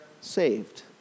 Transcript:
saved